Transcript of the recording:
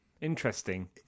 interesting